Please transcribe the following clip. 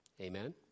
Amen